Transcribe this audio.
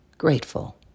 grateful